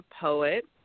poet